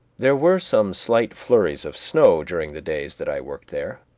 there were some slight flurries of snow during the days that i worked there